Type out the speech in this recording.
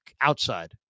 outside